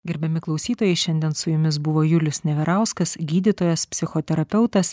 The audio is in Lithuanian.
gerbiami klausytojai šiandien su jumis buvo julius neverauskas gydytojas psichoterapeutas